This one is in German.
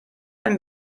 ein